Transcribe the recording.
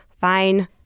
Fine